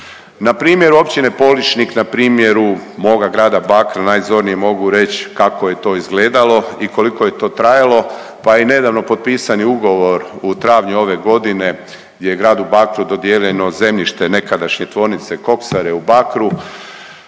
Na primjer, općine Polišnik, na primjeru moga grada Bakra, najzornije mogu reći kako je to izgledalo i koliko je to trajalo pa i nedavno potpisani ugovor u travnju ove godine gdje je Gradu Bakru dodijeljeno zemljište nekadašnje tvornice Koksare u Bakru,